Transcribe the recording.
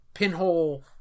Pinhole